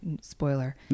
spoiler